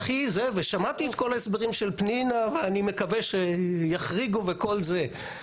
שמעתי את כל ההסברים של פנינה ואני מקווה שיחריגו וכל זה,